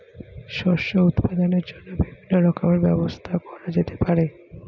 শস্য উৎপাদনের জন্য বিভিন্ন রকমের ব্যবস্থা করা যেতে পারে